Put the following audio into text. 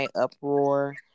uproar